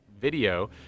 video